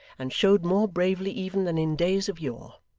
and showed more bravely even than in days of yore.